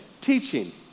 teaching